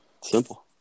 Simple